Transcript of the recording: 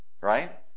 right